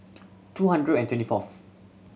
two hundred and twenty fourth